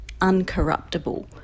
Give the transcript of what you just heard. uncorruptible